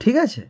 ঠিক আছে